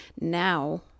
Now